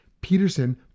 peterson